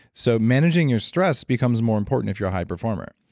so managing your stress becomes more important if you're a high performer.